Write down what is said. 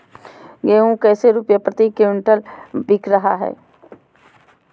गेंहू कैसे रुपए प्रति क्विंटल बिक रहा है?